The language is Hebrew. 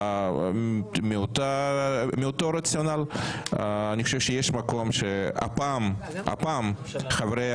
מאותו רציונל אני חושב שיש מקום שהפעם חברי